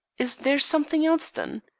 is there something else then?